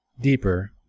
deeper